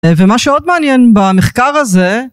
ומה שעוד מעניין במחקר הזה